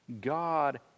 God